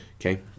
Okay